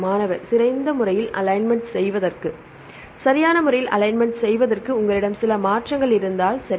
மாணவர் சிறந்த முறையில் அலைன்மென்ட் செய்வதற்கு சரியான முறையில் அலைன்மென்ட் செய்வதற்கு உங்களிடம் சில மாற்றங்கள் இருந்தால் சரி